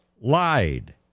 lied